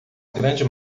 grande